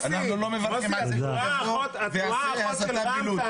אנחנו לא מברכים על זה כי הוא יבוא ויעשה הסתה בלוד.